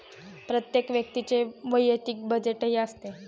प्रत्येक व्यक्तीचे वैयक्तिक बजेटही असते